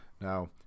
Now